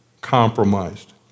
compromised